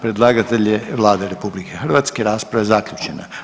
Predlagatelj je Vlada RH, rasprava je zaključena.